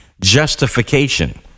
justification